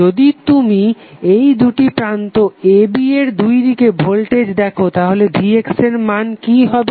যদি তুমি এই দুটি প্রান্ত ab এর দুইদিকে ভোল্টেজ দেখো তাহলে vx এর মান কি হবে